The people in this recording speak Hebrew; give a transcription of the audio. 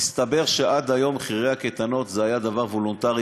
הסתבר שעד היום מחירי הקייטנות היו דבר וולונטרי,